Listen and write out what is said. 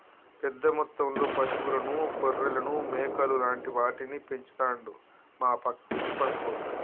పెద్ద మొత్తంలో పశువులను గొర్రెలను మేకలు లాంటి వాటిని పెంచుతండు మా ఇంటి పక్కోళ్లు